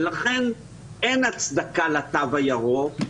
ולכן אין הצדקה לתו הירוק,